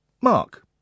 Mark